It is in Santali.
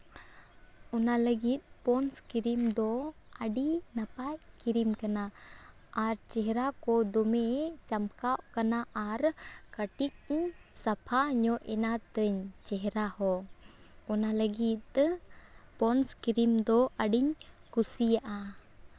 ᱚᱱᱟ ᱞᱟᱹᱜᱤᱫ ᱯᱚᱱᱰᱥ ᱠᱨᱤᱢ ᱫᱚ ᱟᱹᱰᱤ ᱱᱟᱯᱟᱭ ᱠᱨᱤᱢ ᱠᱟᱱᱟ ᱟᱨ ᱪᱮᱦᱨᱟ ᱠᱚ ᱫᱚᱢᱮ ᱪᱟᱢᱠᱟᱣ ᱠᱟᱱᱟ ᱟᱨ ᱠᱟᱹᱴᱤᱡ ᱤᱧ ᱥᱟᱯᱷᱟ ᱧᱚᱜ ᱤᱱᱟᱹ ᱛᱮᱧ ᱪᱮᱦᱨᱟ ᱦᱚᱸ ᱚᱱᱟ ᱞᱟᱹᱜᱤᱫ ᱯᱚᱱᱰᱥ ᱠᱨᱤᱢ ᱫᱚ ᱟᱹᱰᱤᱧ ᱠᱩᱥᱤᱭᱟᱜᱼᱟ